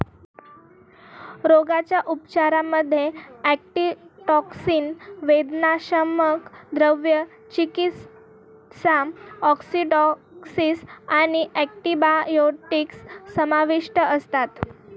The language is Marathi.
रोगाच्या उपचारांमध्ये अँटीटॉक्सिन, वेदनाशामक, द्रव चिकित्सा, ॲसिडॉसिस आणि अँटिबायोटिक्स समाविष्ट असतात